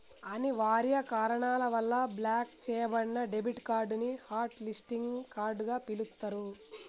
అనివార్య కారణాల వల్ల బ్లాక్ చెయ్యబడిన డెబిట్ కార్డ్ ని హాట్ లిస్టింగ్ కార్డ్ గా పిలుత్తరు